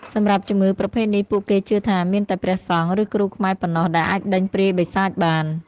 សម្រាប់ជំងឺប្រភេទនេះ ពួកគេជឿថាមានតែព្រះសង្ឃ ឬគ្រូខ្មែរប៉ុណ្ណោះដែលអាចដេញព្រាយបិសាចបាន។